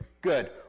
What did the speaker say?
good